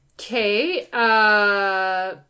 Okay